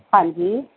ਹਾਂਜੀ